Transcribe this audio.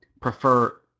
prefer